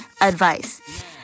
advice